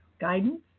guidance